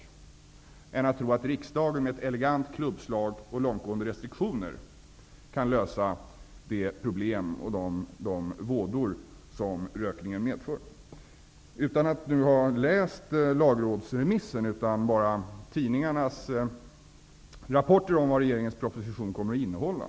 Det skall jämföras med tron på att riksdagen med ett elegant klubbslag och långtgående restriktioner kan lösa de problem och komma till rätta med de vådor som rökningen medför. Jag har inte läst lagrådsremissen utan bara tidningarnas rapporter om vad regeringens proposition kommer att innehålla.